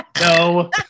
No